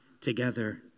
together